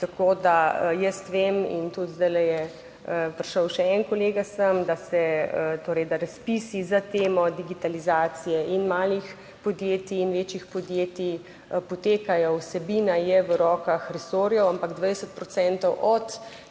Tako da jaz vem in tudi zdaj je prišel še en kolega sem, da se, torej, da razpisi za temo digitalizacije in malih podjetij in večjih podjetij potekajo, vsebina je v rokah resorjev, ampak 20